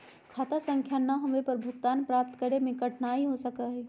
खाता संख्या ना होवे पर भुगतान प्राप्त करे में कठिनाई हो सका हई